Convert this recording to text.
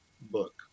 book